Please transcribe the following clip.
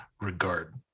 regard